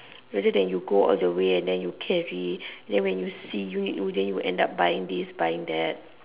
rather then you go all the way and then you carry then when you see then you will end up buying this buying that